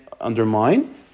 undermine